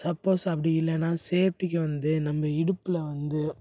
suppose அப்படி இல்லைன்னா சேஃப்ட்டிக்கு வந்து நம்ப இடுப்பில் வந்து